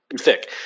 Thick